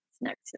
next